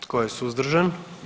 Tko je suzdržan?